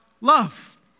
love